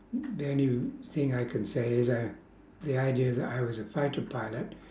the only thing I can say is uh the idea that I was a fighter pilot